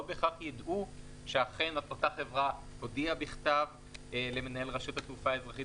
בהכרח ידעו שאכן אותה חברה הודיעה בכתב למנהל רשות התעופה האזרחית